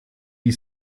wie